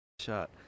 Shot